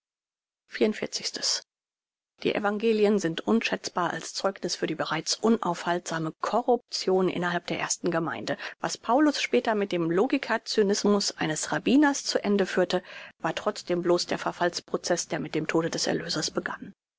die evangelien sind unschätzbar als zeugniß für die bereits unaufhaltsame corruption innerhalb der ersten gemeinde was paulus später mit dem logiker cynismus eines rabbiners zu ende führte war trotzdem bloß der verfalls proceß der mit dem tode des erlösers begann